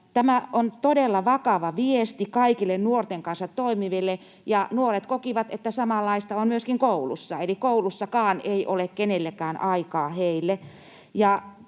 Tämä on todella vakava viesti kaikille nuorten kanssa toimiville. Nuoret kokivat, että samanlaista on myöskin koulussa, eli koulussakaan ei ole kenelläkään aikaa heille.